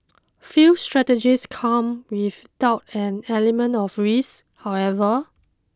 few strategies come without an element of risk however